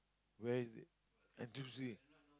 where is it N_T_U_C